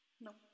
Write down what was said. No